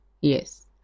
yes